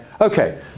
okay